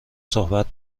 صحبت